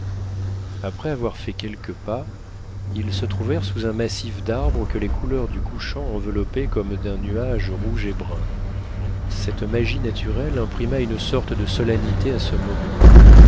après avoir fait quelques pas ils se trouvèrent sous un massif d'arbres que les couleurs du couchant enveloppaient comme d'un nuage rouge et brun cette magie naturelle imprima une sorte de solennité à ce moment